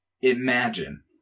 imagine